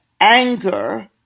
anger